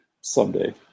Someday